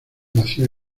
nació